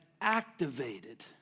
activated